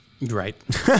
Right